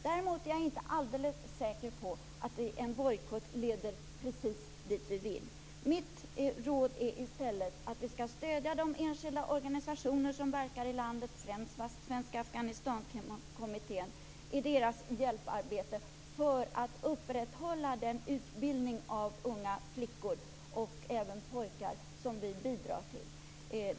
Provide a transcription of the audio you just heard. Däremot är jag inte alldeles säker på att en bojkott leder precis dit vi vill. Mitt råd är i stället att vi skall stödja de enskilda organisationer som verkar i landet, främst Svenska Afghanistankommittén, i deras hjälparbete för att upprätthålla den utbildning av unga flickor och även pojkar som vi bidrar till.